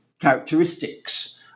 characteristics